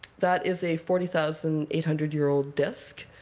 that is a forty thousand eight hundred year old disc.